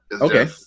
Okay